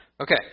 Okay